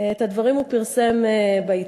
את הדברים הוא פרסם בעיתון,